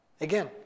Again